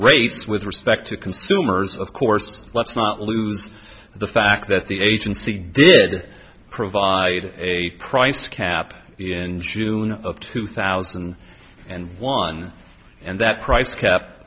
s with respect to consumers of course let's not lose the fact that the agency did provide a price cap in june of two thousand and one and that price cap